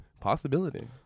Possibility